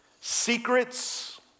secrets